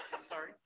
Sorry